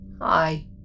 Hi